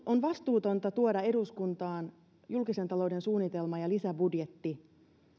on vastuutonta tuoda eduskuntaan julkisen talouden suunnitelma ja lisäbudjetti